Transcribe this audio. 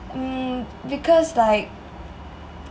um because like